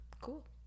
cool